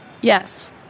Yes